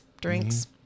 drinks